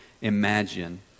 imagine